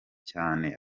cyane